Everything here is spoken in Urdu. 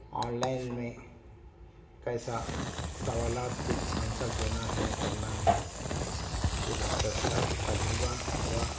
آنلائن میں کیسا سوالات کے آنسر دینا ہے کرنا ہے یہ بہت اچھا تجربہ ہوا